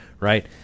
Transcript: right